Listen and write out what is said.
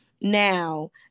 now